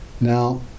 Now